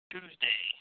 Tuesday